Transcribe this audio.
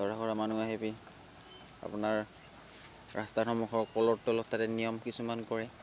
দৰা ঘৰৰ মানুহ আহি পিনি আপোনাৰ ৰাস্তাৰ সন্মুখৰ কলৰ তলত তাতে নিয়ম কিছুমান কৰে